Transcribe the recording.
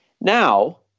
Now